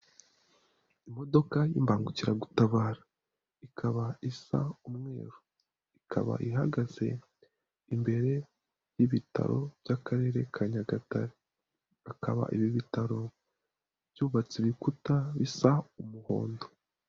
Imodoka y'imbangukiragutabara ikaba isa umweru, ikaba ihagaze imbere y'ibitaro by'Akarere ka Nyagatare, akaba ibi bitaro byubatse ibikuta bisa umuhondo.